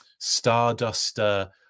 Starduster